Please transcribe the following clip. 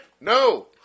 No